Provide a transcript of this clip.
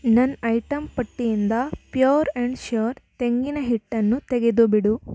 ನನ್ನ ಐಟಂ ಪಟ್ಟಿಯಿಂದ pure and sure ತೆಂಗಿನ ಹಿಟ್ಟನ್ನು ತೆಗೆದುಬಿಡು